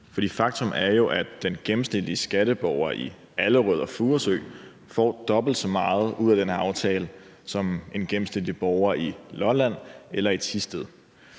her, for den gennemsnitlige skatteborger i Allerød og Furesø får dobbelt så meget ud af den her skatteaftale som en gennemsnitlig skatteborger på Lolland eller i Thisted.